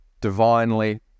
divinely